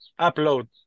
upload